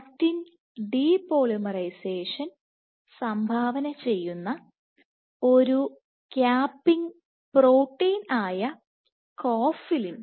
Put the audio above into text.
actin depolymerisation സംഭാവന ചെയ്യുന്ന ഒരു ക്യാപ്പിംഗ് പ്രോട്ടീൻ ആയ കോഫിലിൻ